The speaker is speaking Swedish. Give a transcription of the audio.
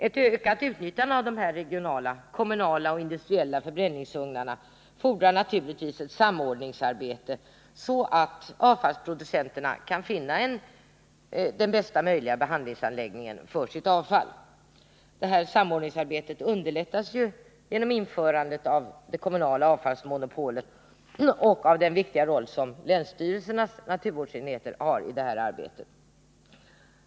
Ett ökat utnyttjande av dessa regionala kommunala och industriella förbränningsugnar fordrar naturligtvis ett samordnings arbete, så att avfallsproducenterna kan finna den bästa möjliga behandlingsanläggningen för sitt avfall. Det här samordningsarbetet underlättas i hög grad genom införandet av det kommunala avfallsmonopolet och av den viktiga roll länsstyrelsernas naturvårdsenheter har i detta arbete.